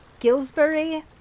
gillsbury